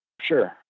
Sure